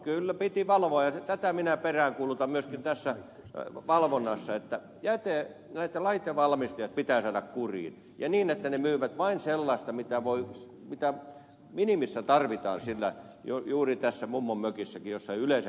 kyllä piti valvoa ja tätä minä peräänkuulutan myöskin tässä valvonnassa että nämä laitevalmistajat pitää saada kuriin ja niin että ne myyvät vain sellaista mitä minimissä tarvitaan juuri tässä mummonmökissäkin jossa yleensä ei tarvita mitään